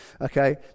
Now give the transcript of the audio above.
Okay